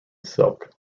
silk